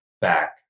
back